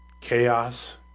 Chaos